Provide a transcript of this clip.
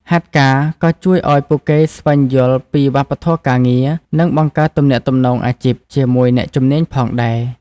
ហាត់ការក៏ជួយឱ្យពួកគេស្វែងយល់ពីវប្បធម៌ការងារ និងបង្កើតទំនាក់ទំនងអាជីព ជាមួយអ្នកជំនាញផងដែរ។